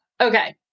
Okay